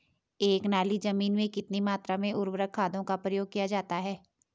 एक नाली जमीन में कितनी मात्रा में उर्वरक खादों का प्रयोग किया जाता है?